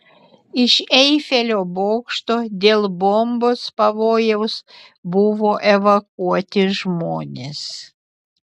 iš eifelio bokšto dėl bombos pavojaus buvo evakuoti žmonės